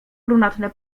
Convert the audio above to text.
brunatne